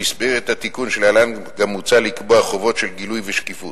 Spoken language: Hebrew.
במסגרת התיקון שלהלן גם מוצע לקבוע חובות של גילוי ושקיפות,